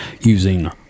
Using